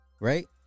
Right